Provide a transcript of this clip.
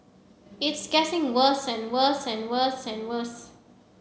it's getting worse and worse and worse and worse